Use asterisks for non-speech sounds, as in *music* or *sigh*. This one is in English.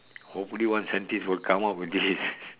hopefully one scientist will come out with this *laughs*